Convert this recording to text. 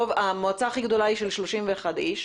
המועצה הגדולה ביותר מונה 31 אנשים.